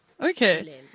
Okay